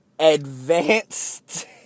Advanced